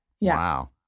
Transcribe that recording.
Wow